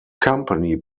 company